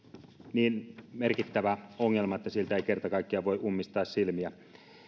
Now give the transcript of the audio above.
niin merkittävä ongelma että siltä ei kerta kaikkiaan voi ummistaa silmiä